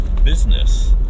business